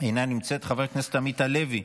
אינה נמצאת, חבר הכנסת עמית הלוי,